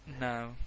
No